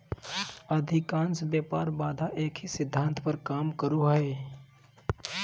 अधिकांश व्यापार बाधा एक ही सिद्धांत पर काम करो हइ